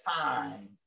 time